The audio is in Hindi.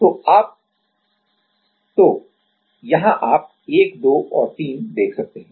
तो यहां आप 1 2 और 3 देख सकते हैं